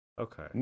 okay